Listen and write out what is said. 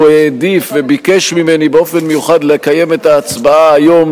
העדיף וביקש ממני באופן מיוחד לקיים את ההצבעה היום,